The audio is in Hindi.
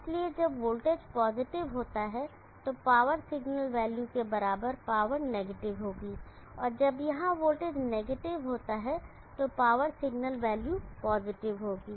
इसलिए जब वोल्टेज पॉजिटिव होता है तो पावर सिग्नल वैल्यू के बराबर पावर नेगेटिव होगी जब यहां वोल्टेज नेगेटिव होगा तो पावर सिग्नल वैल्यू पॉजिटिव होगी